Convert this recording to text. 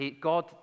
God